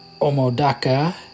omodaka